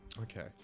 Okay